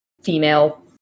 female